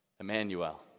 Emmanuel